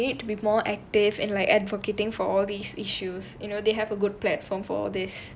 I feel like they they need to be more active and like advocating for all these issues you know they have a good platform for this